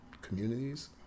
communities